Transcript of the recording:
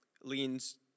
leans